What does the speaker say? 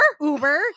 Uber